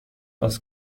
باز